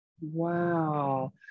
Wow